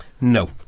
No